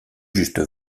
juste